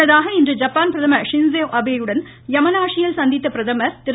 முன்னதாக இன்று ஐப்பான் பிரதமர் ஷின் ஸோ அபே ஐ யமனாஷியில் சந்தித்த பிரதமர் திரு